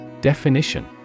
Definition